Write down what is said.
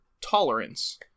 tolerance